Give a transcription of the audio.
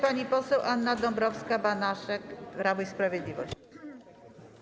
Pani poseł Anna Dąbrowska-Banaszek, Prawo i Sprawiedliwość.